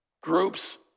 groups